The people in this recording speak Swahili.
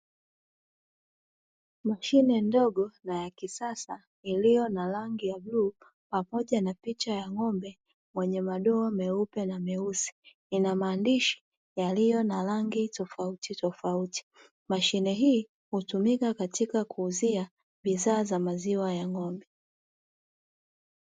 Mashine ndogo na ya kisasa iliyo na rangi ya bluu pamoja na picha ya ng'ombe mwenye madoa meupe na meusi, ina maandishi yaliyo na rangi tofautitofauti; mashine hii hutumika katika kuuzia bidhaa za maziwa ya ng'ombe.